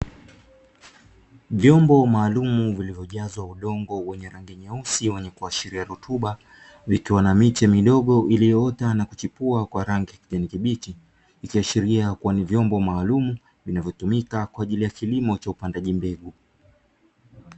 Vyombo maalumu vilivyojazwa udongo wenye rangi nyeusi wenye kuashiria rutuba vikiwa na miche midogo iliyoota na kuchipua kwa rangi kijani kibichi, ikiashiria kuwa ni vyombo maalumu vinavyotumika kwa ajili ya kilimo cha upandaji mbegu.